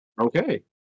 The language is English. Okay